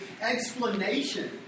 explanation